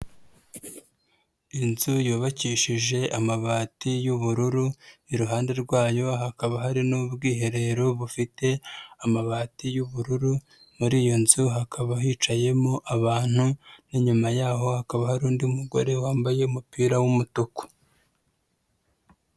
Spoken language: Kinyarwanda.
Inzu yubakishije amabati y'ubururu, iruhande rwayo hakaba hari n'ubwiherero bufite amabati y'ubururu, muri iyo nzu hakaba hicayemo abantu n'inyuma yaho hakaba hari undi mugore wambaye umupira w'umutuku.